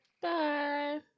Bye